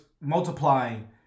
multiplying